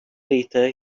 later